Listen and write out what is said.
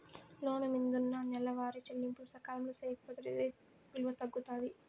లోను మిందున్న నెలవారీ చెల్లింపులు సకాలంలో సేయకపోతే క్రెడిట్ విలువ తగ్గుతాది